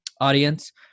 audience